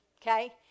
okay